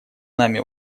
нами